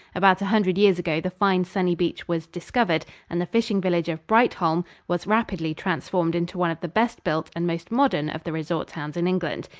about a hundred years ago the fine sunny beach was discovered and the fishing village of brightholme was rapidly transformed into one of the best built and most modern of the resort towns in england.